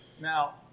Now –